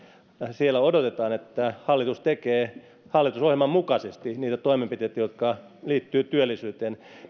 siellä odotetaan että hallitus tekee hallitusohjelman mukaisesti niitä toimenpiteitä jotka liittyvät työllisyyteen